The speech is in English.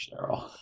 Cheryl